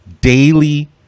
Daily